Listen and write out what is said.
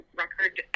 record